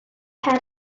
had